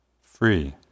free